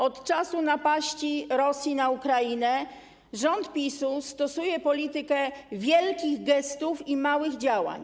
Od czasu napaści Rosji na Ukrainę rząd PiS-u stosuje politykę wielkich gestów i małych działań.